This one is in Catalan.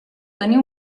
tenir